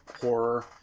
horror